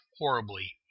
horribly